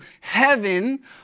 heaven